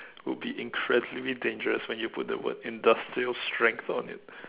would be incredibly dangerous when you put the word industrial strength on it